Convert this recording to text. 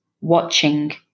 watching